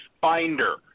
finder